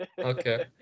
Okay